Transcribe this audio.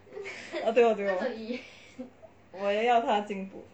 对咯对咯我也要他进步